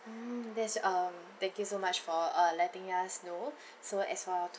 mm that's um thank you so much for uh letting us know so as for